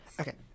Okay